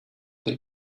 they